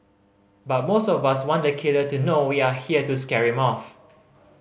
but most of us want the killer to know we are here to scare him off